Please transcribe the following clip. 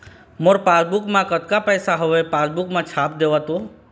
मोर passbook मा कतका पैसा हवे पासबुक मा छाप देव तो?